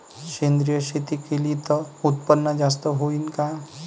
सेंद्रिय शेती केली त उत्पन्न जास्त होईन का?